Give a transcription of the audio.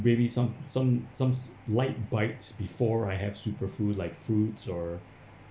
maybe some some some light bites before I have superfood like fruits or